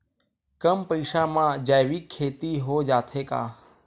कम पईसा मा जैविक खेती हो जाथे का?